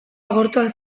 agortuak